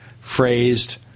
phrased